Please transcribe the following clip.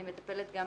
אני מטפלת גם